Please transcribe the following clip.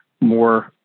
more